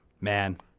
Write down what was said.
Man